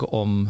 om